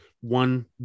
One